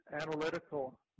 analytical